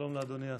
שלום לאדוני השר.